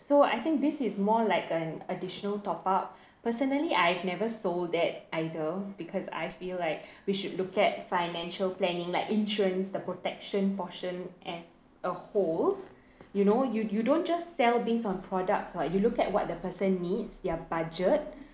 so I think this is more like an additional top up personally I've never sold that either because I feel like we should look at financial planning like insurance the protection portion as a whole you know you you don't just sell based on products what you look at what the person needs their budget